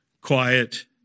quiet